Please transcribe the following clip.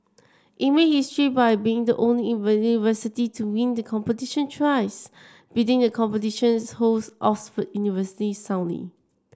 it made history by being the only university to win the competition thrice beating a competition's host Oxford University soundly